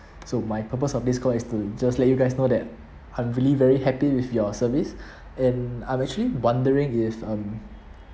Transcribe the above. so my purpose of this call is to just let you guys know that I'm really very happy with your service and I'm actually wondering if um